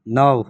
નવ